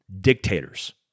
dictators